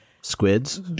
Squids